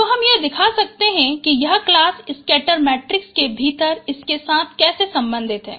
तो हम यह दिखा सकते हैं कि यह क्लास स्कैटर मैट्रिक्स के भीतर इसके साथ कैसे संबंधित है